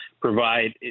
provide